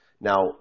Now